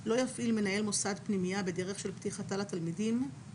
לא יפעיל מנהל מוסד פנימייה בדרך של פתיחתה לתלמידים,